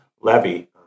levy